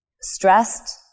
stressed